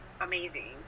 amazing